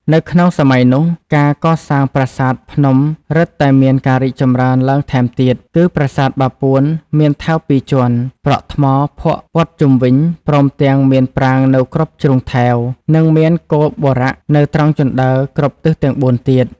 នៅក្នុងសម័យនោះ ការកសាងប្រាសាទភ្នំរិតតែមានការរីកចម្រើនឡើងថែមទៀត គឺប្រាសាទបាពួនមានថែវពីរជាន់ ប្រក់ថ្មភក់ព័ទ្ធជុំវិញ ព្រមទាំង មានប្រាង្គនៅគ្រប់ជ្រុងថែវ និងមានគោបុរៈនៅត្រង់ជណ្ដើរគ្រប់ទិសទាំងបួនទៀត ។